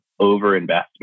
overinvestment